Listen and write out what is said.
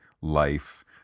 life